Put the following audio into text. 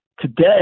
Today